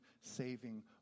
saving